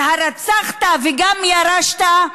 אז, הרצחת וגם ירשת?